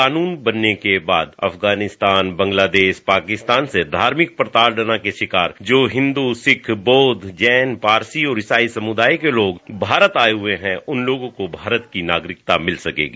कानून बनने के बाद अफगानिस्तार बांग्लादेश पाकिस्तान से धार्मिक प्रताड़ना के शिकार जो हिन्दू सिख पारसी ईसासी समुदाय के लोग जो भारत आए हुए है उन्हें भारत की नागरिता मिल सकेगी